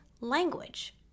language